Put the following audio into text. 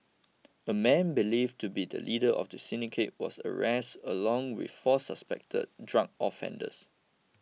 a man believed to be the leader of the syndicate was arrested along with four suspected drug offenders